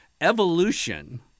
Evolution